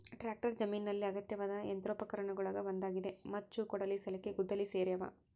tractor ಜಮೀನಿನಲ್ಲಿ ಅಗತ್ಯವಾದ ಯಂತ್ರೋಪಕರಣಗುಳಗ ಒಂದಾಗಿದೆ ಮಚ್ಚು ಕೊಡಲಿ ಸಲಿಕೆ ಗುದ್ದಲಿ ಸೇರ್ಯಾವ